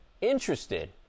interested